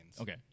Okay